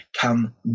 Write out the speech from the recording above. come